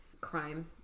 crime